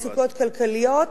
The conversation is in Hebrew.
מצוקות כלכליות,